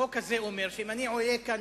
החוק הזה אומר שאם אני עולה לכאן,